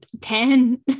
ten